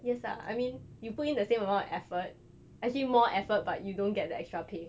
yes lah I mean you put in the same amount of effort actually more effort but you don't get the extra pay